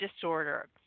disorder